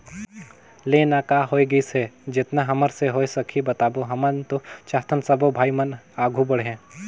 ले ना का होइस गा जेतना हमर से होय सकही बताबो हमन तो चाहथन सबो भाई मन हर आघू बढ़े